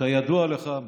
כידוע לך,